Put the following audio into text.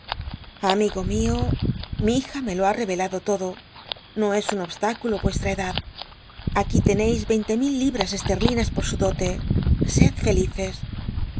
amigo mio mi hija me lo ha re elado todo no es un obshiculo vuestm edad aquí teneis veinte mi l libras esterlinas i or su dote sed felices